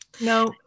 no